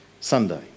Sunday